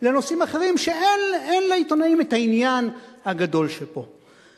לנושאים אחרים שאין לעיתונאים את העניין הגדול שיש להם פה.